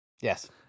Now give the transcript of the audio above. yes